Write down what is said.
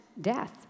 death